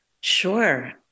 Sure